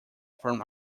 from